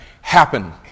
happen